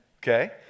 Okay